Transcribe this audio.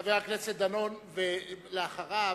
חבר הכנסת דני דנון, ואחריו